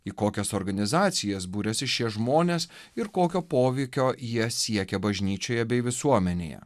į kokias organizacijas būrėsi šie žmonės ir kokio poveikio jie siekia bažnyčioje bei visuomenėje